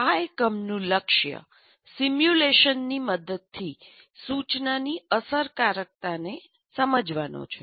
આ એકમનું લક્ષ્ય સિમ્યુલેશનની મદદથી સૂચનાની અસરકારકતાને સમજવાનો છે